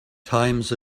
times